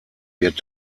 wird